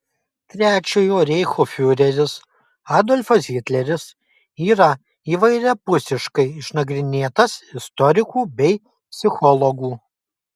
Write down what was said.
trečiojo reicho fiureris adolfas hitleris yra įvairiapusiškai išnagrinėtas istorikų bei psichologų